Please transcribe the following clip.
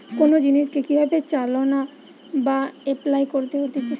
কোন জিনিসকে কি ভাবে চালনা বা এপলাই করতে হতিছে